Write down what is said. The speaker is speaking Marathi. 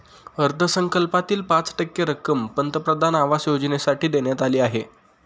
अर्थसंकल्पातील पाच टक्के रक्कम पंतप्रधान आवास योजनेसाठी देण्यात आली आहे